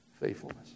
faithfulness